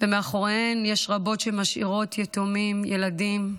ומאחוריהן יש רבות שמשאירות יתומים, ילדים,